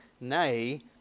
nay